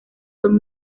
son